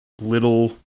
little